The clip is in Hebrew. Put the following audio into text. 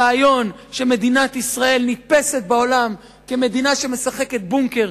הרעיון שמדינת ישראל נתפסת בעולם כמדינה שמשחקת "בונקר",